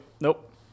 Nope